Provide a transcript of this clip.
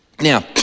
Now